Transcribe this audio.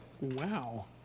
Wow